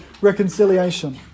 reconciliation